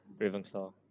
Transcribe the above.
Ravenclaw